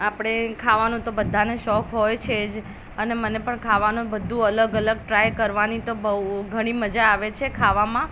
આપણે ખાવાનું તો બધાને શોખ હોય છે જ અને મને પણ ખાવાનું ઘણું બધુ અલગ અલગ ટ્રાય કરવાની તો બહુ ઘણી મજા આવે છે ખાવામાં